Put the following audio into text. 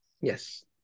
yes